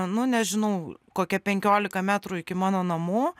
nu nežinau kokie penkiolika metrų iki mano namų